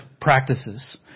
practices